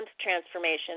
transformation